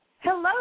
Hello